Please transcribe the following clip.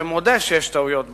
שמודה שיש טעויות בדוח.